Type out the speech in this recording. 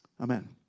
Amen